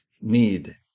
Need